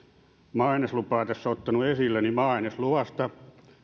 maa aineslupaa tässä ottanut esille niin